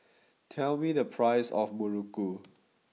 tell me the price of Muruku